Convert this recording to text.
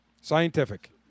Scientific